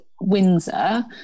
Windsor